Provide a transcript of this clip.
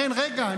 זה מאסר, זה קנס.